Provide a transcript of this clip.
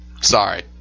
sorry